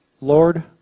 Lord